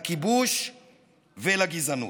לכיבוש ולגזענות.